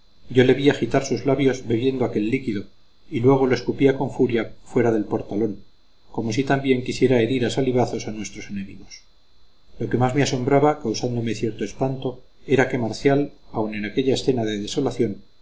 yo le vi agitar sus labios bebiendo aquel líquido y luego lo escupía con furia fuera del portalón como si también quisiera herir a salivazos a nuestros enemigos lo que más me asombraba causándome cierto espanto era que marcial aun en aquella escena de desolación